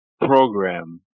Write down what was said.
program